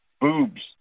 boobs